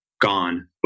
gone